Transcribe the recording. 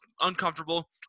uncomfortable